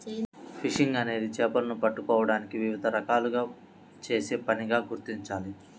fishing అనేది చేపలను పట్టుకోవడానికి వివిధ రకాలుగా చేసే పనిగా గుర్తించాలి